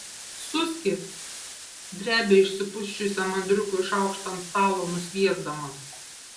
suski drebia išsipusčiusiam andriukui šaukštą ant stalo nusviesdamas